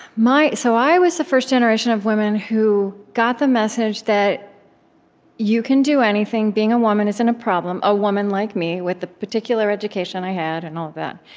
so i was the first generation of women who got the message that you can do anything. being a woman isn't a problem a woman like me, with the particular education i had, and all of that.